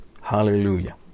Hallelujah